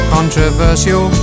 Controversial